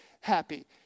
happy